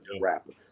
rapper